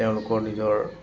তেওঁলোকৰ নিজৰ